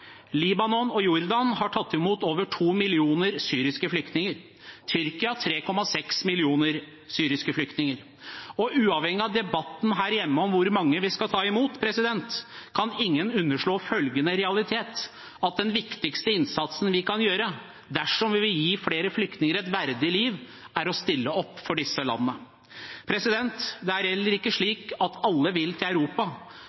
Libanon og Jordan har tatt imot over 2 millioner syriske flyktninger, Tyrkia 3,6 millioner syriske flyktninger. Uavhengig av debatten her hjemme om hvor mange vi skal ta imot, kan ingen underslå følgende realitet: Den viktigste innsatsen vi kan gjøre dersom vi vil gi flere flyktninger et verdig liv, er å stille opp for disse landene. Det er heller ikke